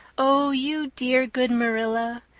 oh, you dear good marilla.